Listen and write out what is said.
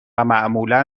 معمولا